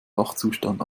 wachzustand